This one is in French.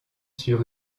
sur